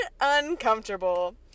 uncomfortable